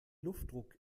luftdruck